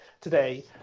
today